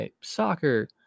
soccer